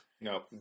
No